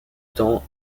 temps